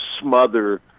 smother